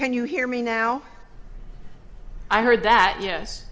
can you hear me now i heard that yes